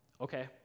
okay